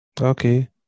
Okay